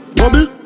bubble